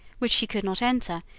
which she could not enter,